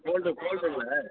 gold கோல்டுல்ல